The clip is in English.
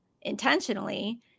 intentionally